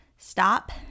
Stop